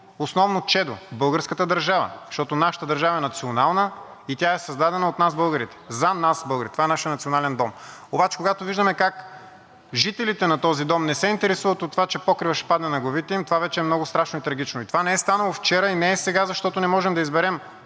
основно чедо – българската държава. Защото нашата държава е национална и тя е създадена от нас, българите, за нас, българите. Това е нашият национален дом. Обаче когато виждаме как жителите на този дом не се интересуват от това, че покривът ще падне на главите им, това вече е много страшно и трагично. И това не е станало вчера и не е сега, защото не можем да изберем